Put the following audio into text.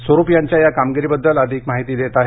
स्वरुप यांच्या या कामगिरीबद्दल अधिक माहिती देत आहेत